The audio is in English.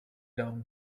down